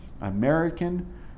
American